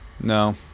No